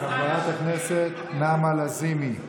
חברת הכנסת נעמה לזימי.